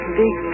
big